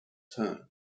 turn